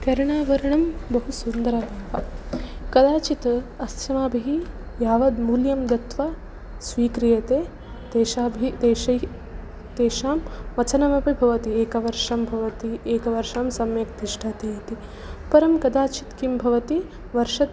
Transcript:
कर्णाभरणं बहु सुन्दरं कदाचित् अस्माभिः यावद्मूल्यं दत्वा स्वीक्रियते तेषाभि तेश् तेषां वचनमपि भवति एकवर्षं भवति एकवर्षं सम्यक् तिष्ठति इति परं कदाचित् किं भवति वर्ष